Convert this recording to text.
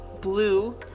blue